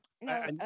no